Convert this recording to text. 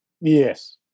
Yes